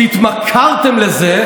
שהתמכרתם לזה,